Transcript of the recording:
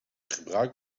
gebruik